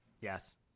Yes